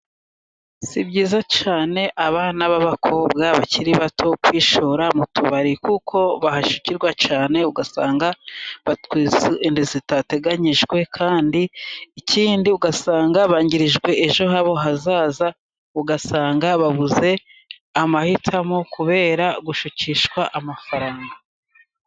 Si byiza cyane abana b' abakobwa bakiri bato kwishora mu tubari, kuko bahashyukirwa cyane ugasanga batwite inda zitateganyijwe, kandi ikindi ugasanga bangirijwe ejo habo hazaza, ugasanga babuze amahitamo kubera gushukishwa amafaranga.